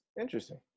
Interesting